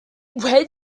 where